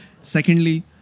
Secondly